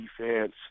defense